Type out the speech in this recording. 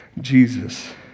Jesus